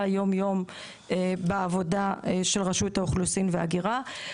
יום-יום בעבודה של רשות האוכלוסין וההגירה.